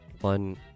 One